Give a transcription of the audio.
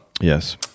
Yes